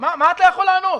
מה אתה יכול לענות?